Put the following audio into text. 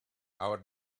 our